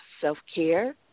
self-care